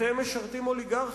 אתם משרתים אוליגרכיה.